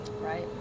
right